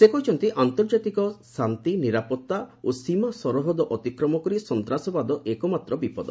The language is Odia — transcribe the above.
ସେ କହିଛନ୍ତି ଆନ୍ତର୍ଜାତିକ ଶାନ୍ତି ନିରାପତ୍ତା ଓ ସୀମାସରହଦ ଅତିକ୍ରମ କରି ସନ୍ତ୍ରାସବାଦ ଏକମାତ୍ର ବିପଦ